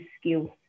skills